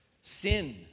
sin